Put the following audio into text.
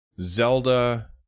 Zelda